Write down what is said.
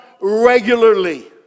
regularly